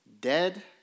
dead